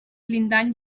blindats